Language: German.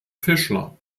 fischler